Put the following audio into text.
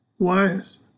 Wise